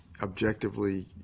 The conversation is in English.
objectively